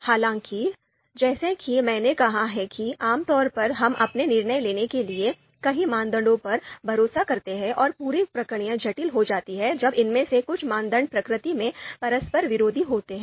हालाँकि जैसा कि मैंने कहा है कि आमतौर पर हम अपने निर्णय लेने के लिए कई मानदंडों पर भरोसा करते हैं और पूरी प्रक्रिया जटिल हो जाती है जब इनमें से कुछ मानदंड प्रकृति में परस्पर विरोधी होते हैं